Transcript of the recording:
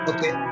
Okay